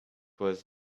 was